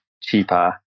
cheaper